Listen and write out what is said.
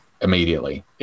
immediately